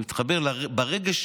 אני מתחבר ברגש,